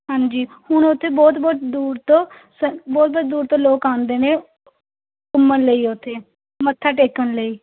ਹਾਂਜੀ ਹੁਣ ਉੱਥੇ ਬਹੁਤ ਬਹੁਤ ਦੂਰ ਤੋਂ ਸ ਬਹੁਤ ਬਹੁਤ ਦੂਰ ਤੋਂ ਲੋਕ ਆਂਉਂਦੇ ਨੇ ਘੁੰਮਣ ਲਈ ਉੱਥੇ ਮੱਥਾ ਟੇਕਣ ਲਈ